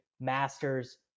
Masters